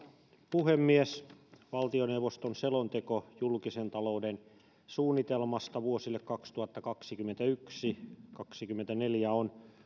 puhemies valtioneuvoston selonteko julkisen talouden suunnitelmasta vuosille kaksituhattakaksikymmentäyksi viiva kaksikymmentäneljä on